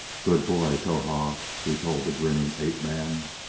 good boy, towahg! he told the grinning ape-man.